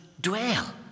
dwell